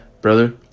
brother